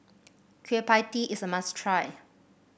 Kueh Pie Tee is a must try